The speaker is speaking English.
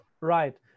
right